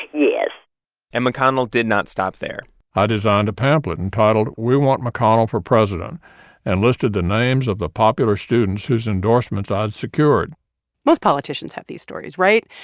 yes and and mcconnell did not stop there i designed a pamphlet entitled we want mcconnell for president and listed the names of the popular students whose endorsements i'd secured most politicians have these stories right?